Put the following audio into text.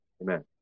Amen